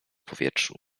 powietrzu